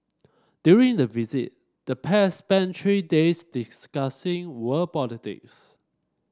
during the visit the pair spent three days discussing world politics